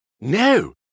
No